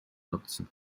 nutzen